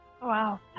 Wow